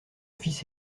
fils